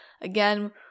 again